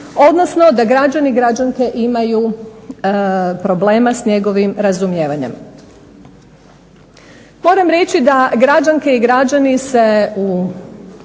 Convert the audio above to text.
odnosno da građani i građanke imaju problema s njegovim razumijevanjem. Moram reći da građanke i građani se u